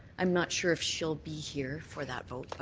i'm not sure if she'll be here for that vote.